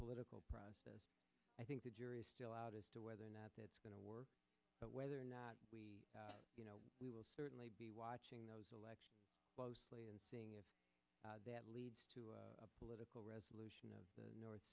political process i think the jury is still out as to whether or not it's going to work but whether or not you know we will certainly be watching those elections closely and seeing if that leads to a political resolution of the north